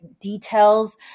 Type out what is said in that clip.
details